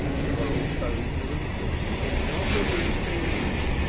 you are all so ignorant that you think not of these things.